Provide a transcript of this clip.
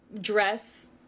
dress